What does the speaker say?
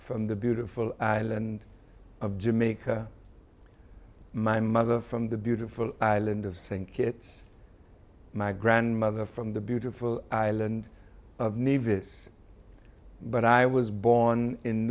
from the beautiful island of jamaica my mother from the beautiful island of st kitts my grandmother from the beautiful island of nevus but i was born in